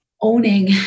owning